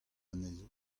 anezho